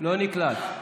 לא נקלט.